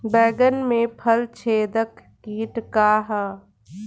बैंगन में फल छेदक किट का ह?